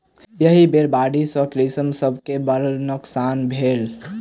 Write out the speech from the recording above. एहि बेर बाढ़ि सॅ कृषक सभ के बड़ नोकसान भेलै